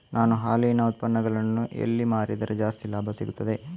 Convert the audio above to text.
ನಾನು ಹಾಲಿನ ಉತ್ಪನ್ನಗಳನ್ನು ಎಲ್ಲಿ ಮಾರಿದರೆ ಜಾಸ್ತಿ ಲಾಭ ಸಿಗುತ್ತದೆ?